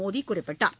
மோடி குறிப்பிட்டார்